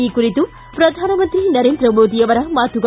ಈ ಕುರಿತು ಪ್ರಧಾನಮಂತ್ರಿ ನರೇಂದ್ರ ಮೋದಿ ಅವರ ಮಾತುಗಳು